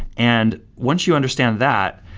and once you understand that,